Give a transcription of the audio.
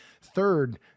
Third